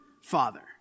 father